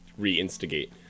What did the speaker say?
reinstigate